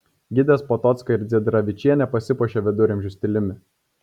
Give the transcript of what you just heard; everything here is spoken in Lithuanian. gidės potocka ir dziedravičienė pasipuošė viduramžių stiliumi